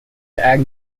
and